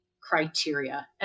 criteria